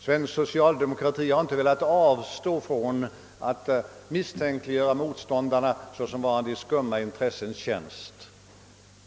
Svensk socialdemokrati har inte velat avstå från att misstänkliggöra motståndarna såsom varande i skumma intressens tjänst.